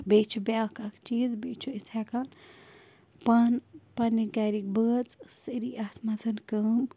تہٕ بیٚیہِ چھِ بیٛاکھ اَکھ چیٖز بیٚیہِ چھِ أسۍ ہٮ۪کان پانہٕ پنٛنہِ گَرٕکۍ بٲژھ سٲری اَتھ منٛز کٲم